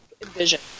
envision